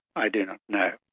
i do not know.